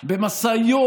במשאיות.